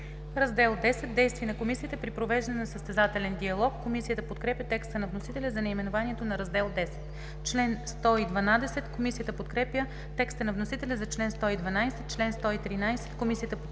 „Раздел X – Действия на комисията при провеждане на състезателен диалог“. Комисията подкрепя текста на вносителя за наименованието на Раздел X. Комисията подкрепя текста на вносителя за чл. 112. Комисията подкрепя